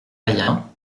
payen